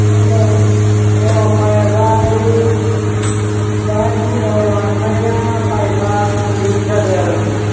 अह अह पाइपआ ओइ बाथरुमाव लांनाया पाइपआ लिक जादों आरोखि